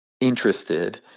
interested